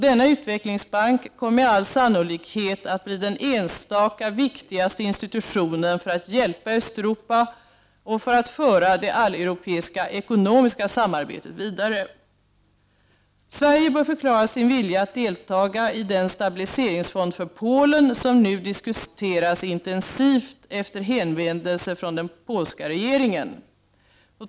Denna utvecklingsbank kommer med all sannolikhet att bli den enstaka viktigaste institutionen för att hjälpa Östeuropa och för att föra det alleuropeiska ekonomiska samarbetet vidare. Sverige bör förklara sin vilja att deltaga i den stabiliseringsfond för Polen som nu diskuteras intensivt efter hänvändelse från den polska regeringen.